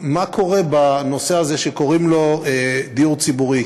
מה קורה בנושא הזה שקוראים לו דיור ציבורי,